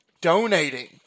donating